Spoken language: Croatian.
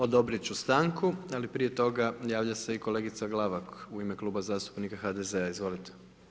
Odobrit ću stanku ali prije toga javlja se i kolega Glavak u ime Kluba zastupnika HDZ-a, izvolite.